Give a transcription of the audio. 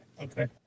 Okay